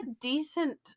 decent